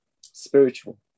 spiritual